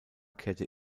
kehrte